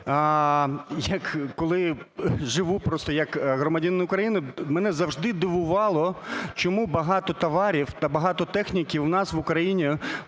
коли живу просто як громадянин України, мене завжди дивувало, чому багато товарів та багато техніки у нас в Україні